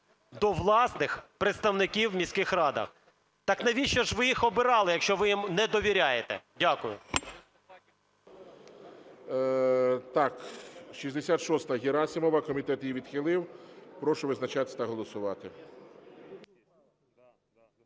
до власних представників в міських радах. Так навіщо ж ви їх обирали, якщо ви їм не довіряєте? Дякую. ГОЛОВУЮЧИЙ. Так, 66-а Герасимова. Комітет її відхилив. Прошу визначатись та голосувати